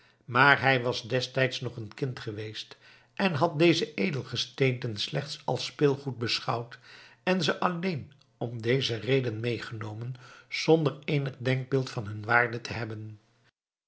maar hij was destijds nog een kind geweest en had deze edelgesteenten slechts als speelgoed beschouwd en ze alleen om deze reden meegenomen zonder eenig denkbeeld van hun waarde te hebben